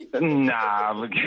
Nah